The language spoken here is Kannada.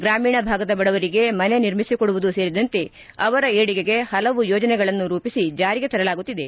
ಗ್ರಾಮಿಣ ಭಾಗದ ಬಡವರಿಗೆ ಮನೆ ನಿರ್ಮಿಸಿಕೊಡವುದು ಸೇರಿದಂತೆ ಅವರ ಏಳಿಗೆಗೆ ಹಲವು ಯೋಜನೆಗಳನ್ನು ರೂಪಿಸಿ ಜಾರಿಗೆ ತರಲಾಗುತ್ತಿದೆ